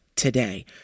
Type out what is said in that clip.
Today